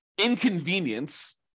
inconvenience